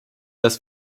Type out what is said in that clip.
das